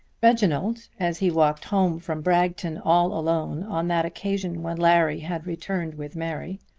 reginald, as he walked home from bragton all alone on that occasion when larry had returned with mary,